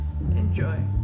Enjoy